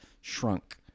shrunk